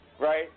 right